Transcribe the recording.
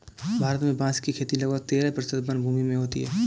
भारत में बाँस की खेती लगभग तेरह प्रतिशत वनभूमि में होती है